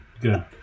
Good